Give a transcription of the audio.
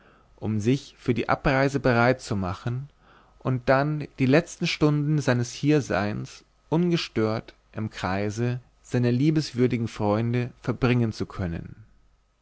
um sich für die abreise bereitzumachen und dann die letzten stunden seines hierseins ungestört im kreise seiner liebenswürdigen freunde verbringen zu können